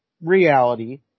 reality